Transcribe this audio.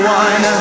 one